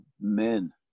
men